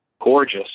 gorgeous